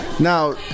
Now